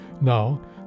Now